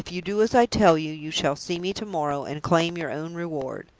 if you do as i tell you, you shall see me to-morrow, and claim your own reward.